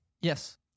Yes